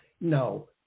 No